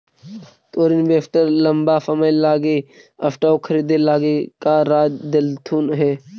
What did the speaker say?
तोर इन्वेस्टर लंबा समय लागी स्टॉक्स खरीदे लागी का राय देलथुन हे?